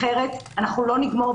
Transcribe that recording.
אחרת אנחנו לא נגמור.